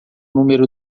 número